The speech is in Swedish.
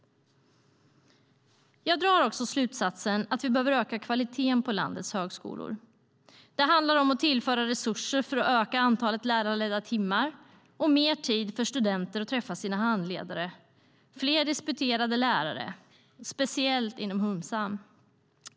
Jag drar också slutsatsen att vi behöver öka kvaliteten på landets högskolor. Det handlar om att tillföra resurser för att öka antalet lärarledda timmar och mer tid för studenter att träffa sin handledare, fler disputerade lärare, speciellt inom humsam.